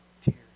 tears